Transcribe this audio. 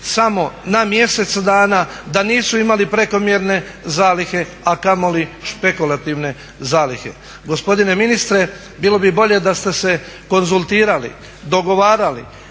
samo na mjesec dana, da nisu imali prekomjerne zalihe, a kamoli špekulativne zalihe. Gospodine ministre, bilo bi bolje da ste se konzultirali, dogovarali,